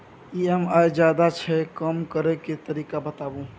EMI ज्यादा छै कम करै के तरीका बताबू?